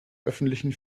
öffentlichen